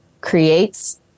creates